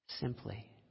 Simply